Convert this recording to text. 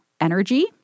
energy